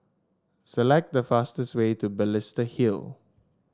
select the fastest way to Balestier Hill